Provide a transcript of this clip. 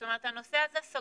זאת אומרת הנושא הזה סגור.